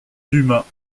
dumas